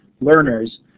learners